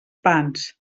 pans